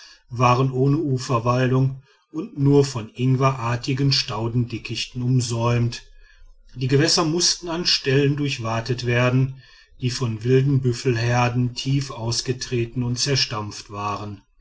waren ohne uferwaldung und nur von ingwerartigen staudendickichten umsäumt die gewässer mußten an stellen durchwatet werden die von wilden büffelherden tief ausgetreten und zerstampft waren